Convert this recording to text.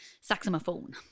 Saxophone